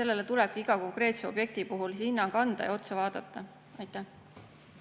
sellele tulebki iga konkreetse objekti puhul hinnang anda ja otsa vaadata. Aitäh